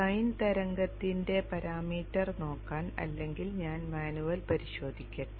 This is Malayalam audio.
സൈൻ തരംഗത്തിന്റെ പരാമീറ്റർ നോക്കാൻ അല്ലെങ്കിൽ ഞാൻ മാനുവൽ പരിശോധിക്കട്ടെ